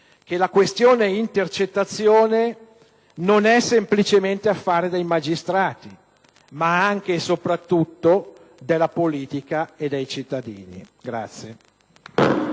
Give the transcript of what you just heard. che la questione intercettazione non è semplicemente affare dei magistrati, ma anche e soprattutto della politica e dei cittadini.